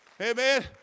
Amen